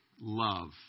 Love